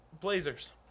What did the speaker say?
blazers